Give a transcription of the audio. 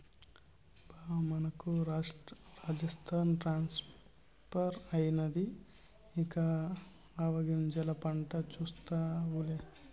బా మనకు రాజస్థాన్ ట్రాన్స్ఫర్ అయినాది ఇక ఆవాగింజల పంట చూస్తావులే